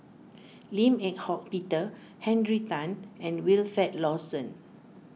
Lim Eng Hock Peter Henry Tan and Wilfed Lawson